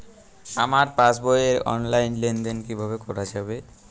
আমার পাসবই র অনলাইন লেনদেন কিভাবে করা যাবে?